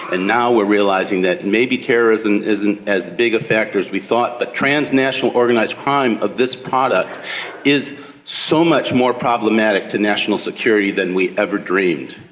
and now we are realising that maybe terrorism isn't as big a factor as we thought. but transnational organised crime of this product is so much more problematic to national security than we ever dreamed.